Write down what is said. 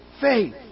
faith